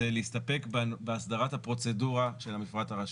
זה להסתפק בהסדרת הפרוצדורה של המפרט הרשותי.